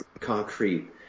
concrete